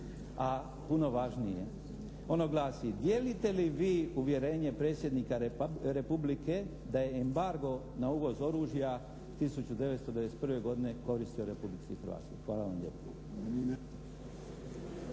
A puno važnije. Ono glasi: Dijelite li vi uvjerenje Predsjednika Republike da je embargo na uvoz oružja 1991. godine koristio Republici Hrvatskoj. Hvala vam lijepo.